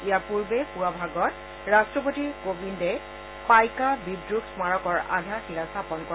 ইয়াৰপূৰ্বে পূৱা ভাগত ৰাষ্ট্ৰপতি শ্ৰীকোবিন্দে পাইকা বিদ্ৰোহ স্মাৰকৰ আধাৰশিলা স্থাপন কৰে